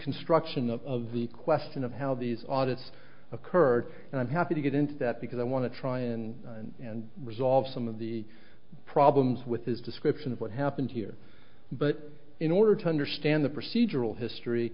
deconstruction of the question of how these audits occurred and i'm happy to get into that because i want to try and resolve some of the problems with his description of what happened here but in order to understand the procedural history